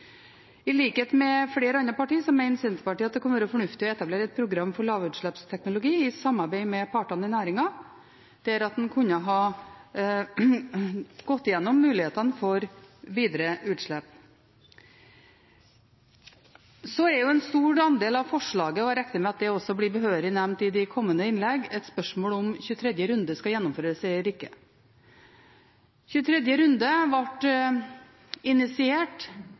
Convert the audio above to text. I likhet med flere andre partier mener Senterpartiet det kan være fornuftig å etablere et program for lavutslippsteknologi i samarbeid med partene i næringen, der en kunne ha gått gjennom mulighetene for videre utslippsreduksjon. En stor del av forslagene ‒ og jeg regner med at det blir behørig nevnt i de kommende innlegg ‒ er spørsmål om 23. runde skal gjennomføres eller ikke. 23. runde ble initiert